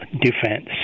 defense